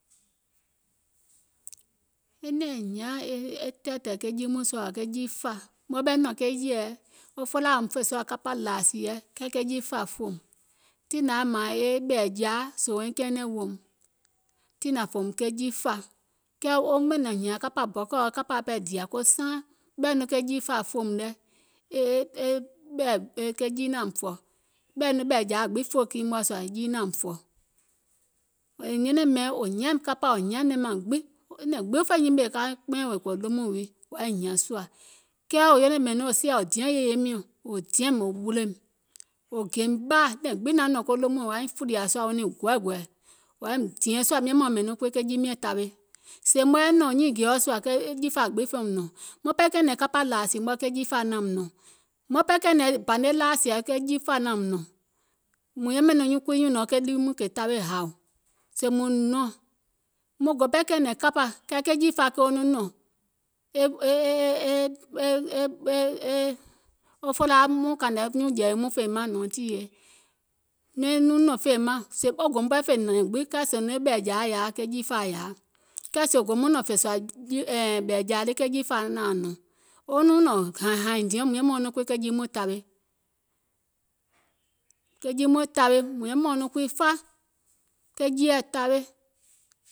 E nɛ̀ɛŋ hiȧŋ e tɛ̀ɛ̀ ke jii mɔɛ̀ŋ sùȧ ke jiifȧa, maŋ ɓɛɛ nɔ̀ŋ ke yɛ̀ɛɛ wo felaaȧ yàùm fè sùȧ kapȧ lȧȧsìɛ kɛɛ ke jiifàa fòùm, tiŋ nȧŋ yaȧ mȧȧŋ e ɓɛ̀ɛ̀jȧa sèè wo niŋ kɛɛnɛ̀ŋ woòum, tiŋ nȧŋ fòùm ke jiifȧa, kɛɛ wòum ɓɛ̀nɛ̀ŋ hìȧŋ kapȧ bɔkèɔ kapȧa ɓɛɛ dìȧ ko saaŋ ɓɛ̀i nɔŋ ke jiifȧa fòùm nɛ ke jii naȧum fɔ̀, ɓɛ̀i nɔŋ ɓɛ̀ɛ̀jȧa fè kii mɔ̀ɛ̀ sùȧ jii naȧum fɔ̀, wò nyɛnɛŋ mɛ̀iŋ wò hiȧm kapȧ wo hiȧŋ nɛ̀ŋ maŋ gbiŋ, nɛ̀ŋ gbiŋ fè nyimèè ka kpɛɛ̀ŋ ko lomùŋ wii wò yȧaiŋ hìȧŋ sùȧ, kɛɛ wò nyɛnɛŋ mɛ̀iŋ nɔŋ wò siȧ wò diɛ̀ŋ yèye miɔ̀ŋ, wò diɛ̀m wò ɓùlòìm, wò gèìm ɓaȧ, nɛ̀ŋ gbiŋ naŋ nɔ̀ŋ ko lomùiŋ wò yȧiŋ fùlìȧ sùȧ wo niŋ gɔɛgɔ̀ɛ̀, wò yȧim dìɛ̀ŋ sùȧ, mìŋ yɛmɛ̀ùm mɛ̀iŋ nɔŋ kuii ke jii miɛ̀ŋ tawe, sèè maŋ yɛi nɔ̀ŋ nyiiŋ gèɔ sùȧ ke jiifȧa fòum nɔ̀ŋ, maŋ ɓɛɛ kɛ̀ɛ̀nɛ̀ŋ kapȧ lȧȧsì mɔ̀ɛ̀ jiifȧa naȧum nɔ̀ŋ, maŋ ɓɛɛ kɛ̀ɛ̀nɛ̀ŋ bȧne lȧȧsìɛ jiifȧa naȧum nɔ̀ŋ, mùŋ yɛmɛ̀ nɔŋ kuii nyùnɔ̀ɔŋ ke jii mɔɛ̀ŋ kè tawe hȧù, sèè mùŋ nɔ̀ŋ mùŋ go pɛɛ kɛ̀ɛ̀nɛ̀ŋ kapȧ kɛɛ ke jiifȧa koo nɔŋ nɔ̀ŋ, sèè wo gòum ɓɛɛ fè nɛ̀ŋ gbiŋ kɛɛ sèè nɔŋ ɓɛ̀ɛ̀jȧa yaȧa ke jiifȧa yaȧa, kɛɛ sèè wò goum nɔŋ nɔ̀ŋ fè sùȧ ɓɛ̀ɛ̀jȧa ke jiifȧa naȧaŋ nɔ̀ŋ, wo nɔŋ nɔ̀ŋ hȧìŋ hȧìŋ diɛum yɛmɛ̀um nɔŋ kuii ke jii mɔɛ̀ŋ tawe, ke jii mɔɔ̀ŋ tawe, mùŋ yɛmɛ̀uŋ nɔŋ kuii fa ke jiiɛ̀ tawe,